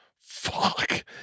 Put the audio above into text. Fuck